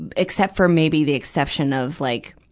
except for maybe the exception of like,